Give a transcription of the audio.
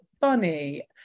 funny